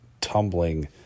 tumbling